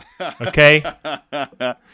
okay